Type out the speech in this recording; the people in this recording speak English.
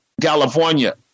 California